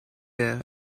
there